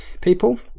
people